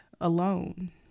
alone